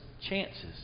chances